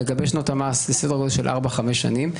לגבי שנות המס - זה סדר גודל של ארבע-חמש שנים.